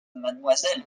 mademoiselle